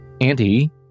Auntie